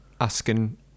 asking